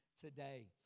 today